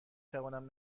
توانم